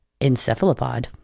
encephalopod